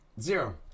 Zero